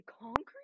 concrete